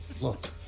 Look